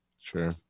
Sure